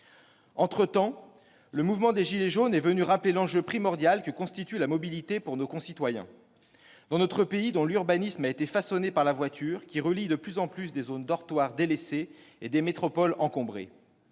Entre-temps, le mouvement des « gilets jaunes » est venu rappeler l'enjeu primordial que constitue la mobilité pour nos concitoyens. Dans notre pays, l'urbanisme a été façonné par la voiture, qui relie de plus en plus des zones-dortoirs délaissées et des métropoles encombrées.